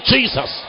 Jesus